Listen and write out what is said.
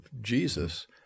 Jesus